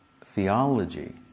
theology